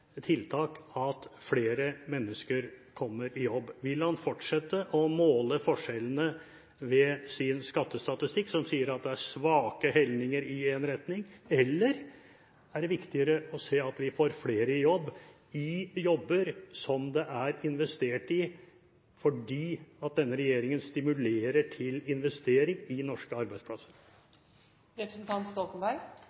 – at flere mennesker kommer i jobb? Vil han fortsette å måle forskjellene ved sin skattestatistikk som sier at det er svake helninger i en retning, eller er det viktigere å se at vi får flere i jobb – i jobber som det er investert i fordi denne regjeringen stimulerer til investering i norske arbeidsplasser?